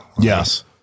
yes